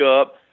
up